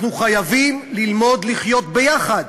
אנחנו חייבים ללמוד לחיות ביחד,